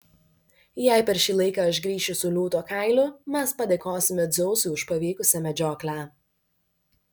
jei per šį laiką aš grįšiu su liūto kailiu mes padėkosime dzeusui už pavykusią medžioklę